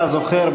אתה זוכר,